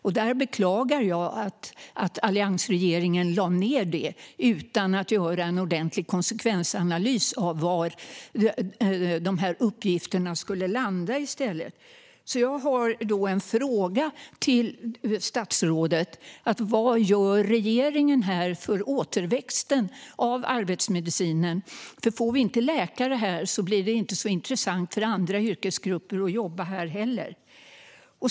Jag beklagar att alliansregeringen lade ned det utan att göra en ordentlig konsekvensanalys av var de uppgifterna skulle landa i stället. Jag har en fråga till statsrådet: Vad gör regeringen för att säkra återväxten inom arbetsmedicinen? Om vi inte får läkare här blir det nämligen inte särskilt intressant för andra yrkesgrupper att jobba med det heller.